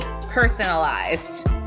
Personalized